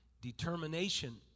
determination